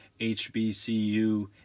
HBCU